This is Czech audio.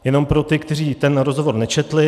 Jen pro ty, kteří ten rozhovor nečetl.